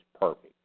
perfect